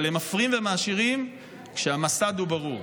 אבל הם מפרים ומעשירים כשהמסד הוא ברור,